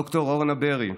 ד"ר אורנה ברי,